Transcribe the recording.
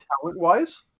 talent-wise